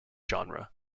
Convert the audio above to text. genre